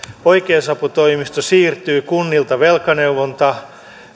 oikeusaputoimistoon siirtyy kunnilta velkaneuvonta